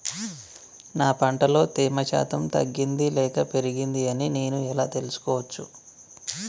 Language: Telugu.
నా పంట లో తేమ శాతం తగ్గింది లేక పెరిగింది అని నేను ఎలా తెలుసుకోవచ్చు?